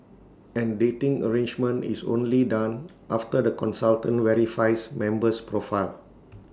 and dating arrangement is only done after the consultant verifies member's profile